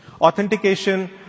Authentication